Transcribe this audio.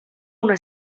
una